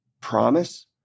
promise